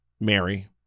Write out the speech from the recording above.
Mary